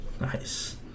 Nice